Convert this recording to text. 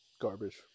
garbage